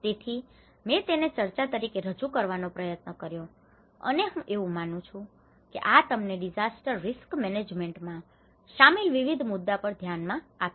તેથી મેં તેને ચર્ચા તરીકે રજુ કરવા નો પ્રયત્ન કર્યો છે અને હું એવું માનું છું કે આ તમને ડિઝાસ્ટર રિસ્ક મેનેજમેન્ટ માં શામેલ વિવિધ મુદ્દાઓ પર ધ્યાન આપશે